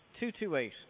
228